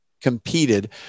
competed